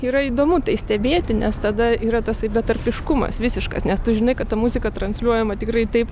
yra įdomu tai stebėti nes tada yra tasai betarpiškumas visiškas nes tu žinai kad ta muzika transliuojama tikrai taip